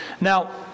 Now